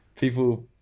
people